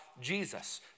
Jesus